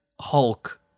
Hulk